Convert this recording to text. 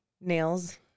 Nails